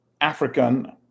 African